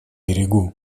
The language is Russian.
берегу